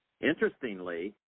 Interestingly